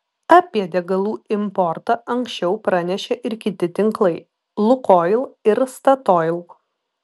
apie degalų importą anksčiau pranešė ir kiti tinklai lukoil ir statoil